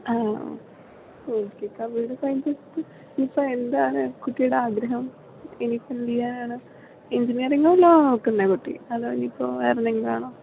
ആ okay computer science എടുത്തിട്ട് ഇപ്പോൾ എന്താണ് കുട്ടിയുടെ ആഗ്രഹം ഇനിയിപ്പോൾ എന്തു ചെയ്യാനാണ് എഞ്ചിനിയറിംഗ് വല്ലതുമാണോ നോക്കുന്നത് കുട്ടി അതോ ഇനിയിപ്പോൾ വേറെയെന്തെങ്കിലും ആണോ